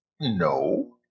No